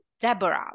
Deborah